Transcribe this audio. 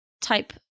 type